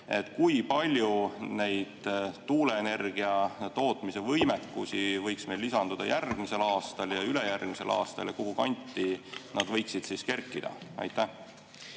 aeg. Kui palju neid tuuleenergia tootmise võimekusi võiks lisanduda järgmisel aastal ja ülejärgmisel aastal ja kuhu kanti nad võiksid kerkida? Aitäh,